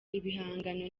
ibihangano